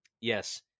yes